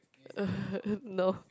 no